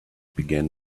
began